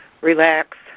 Relax